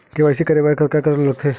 KYC करवाय बर का का करे ल पड़थे?